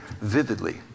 vividly